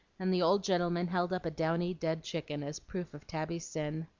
and the old gentleman held up a downy dead chicken, as proof of tabby's sin.